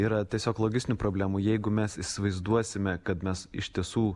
yra tiesiog logistinių problemų jeigu mes įsivaizduosime kad mes iš tiesų